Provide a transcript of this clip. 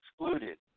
excluded